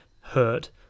hurt